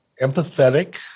empathetic